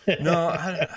No